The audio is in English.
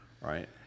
Right